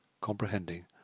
comprehending